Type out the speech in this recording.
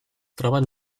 troben